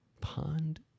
Pond